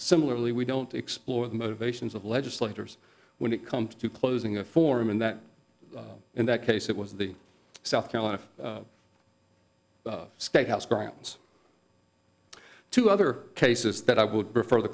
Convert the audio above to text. similarly we don't explore the motivations of legislators when it comes to closing a form and that in that case it was the south carolina state house grounds two other cases that i would prefer the